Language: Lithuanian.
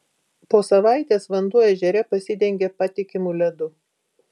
po savaitės vanduo ežere pasidengė patikimu ledu